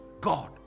God